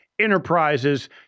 Enterprises